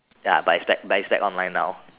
ya but expect but expect online now